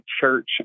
church